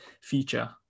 feature